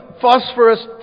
phosphorus